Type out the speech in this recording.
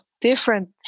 different